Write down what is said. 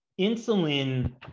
insulin